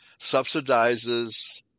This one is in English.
subsidizes